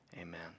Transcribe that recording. amen